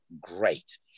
great